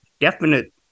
definite